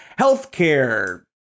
healthcare